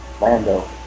Lando